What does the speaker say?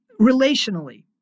relationally